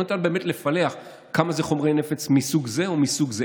לא ניתן באמת לפלח כמה זה חומרי נפץ מסוג זה או מסוג זה.